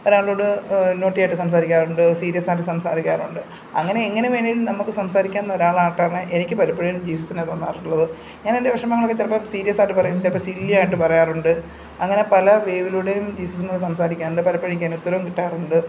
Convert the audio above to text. ഒരാളോട് നോട്ടിയായിട്ട് സംസാരിക്കാറുണ്ട് സീരിയസ്സ് ആയിട്ട് സംസാരിക്കാറുണ്ട് അങ്ങനെ എങ്ങനെ വേണമെങ്കിലും നമുക്ക് സംസാരിക്കാവുന്ന ഒരാളായിട്ടാണ് എനിക്ക് പലപ്പഴും ജീസ്സസ്സിനെ തോന്നാറുള്ളത് ഞാൻ എൻ്റെ വിഷമങ്ങളൊക്കെ ചെലപ്പം സീരിയസ്സ് ആയിട്ട് പറയും ചിലപ്പോൾ സില്ലിയായിട്ട് പറയാറുണ്ട് അങ്ങനെ പല വേവിലൂടെയും ജീസസ്സിനോട് സംസാരിക്കാറുണ്ട് പലപ്പോഴും എനിക്കതിന് ഉത്തരവും കിട്ടാറുണ്ട്